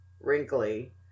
wrinkly